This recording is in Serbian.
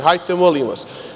Hajde, molim vas.